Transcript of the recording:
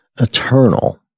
eternal